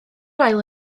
ail